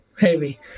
heavy